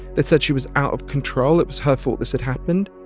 they'd said she was out of control. it was her fault this had happened.